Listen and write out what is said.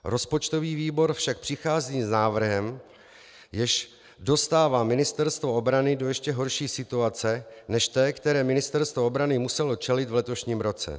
Rozpočtový výbor však přichází s návrhem, jenž dostává Ministerstvo obrany do ještě horší situace než té, které Ministerstvo obrany muselo čelit v letošním roce.